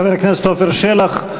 חבר הכנסת עפר שלח,